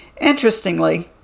Interestingly